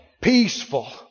Peaceful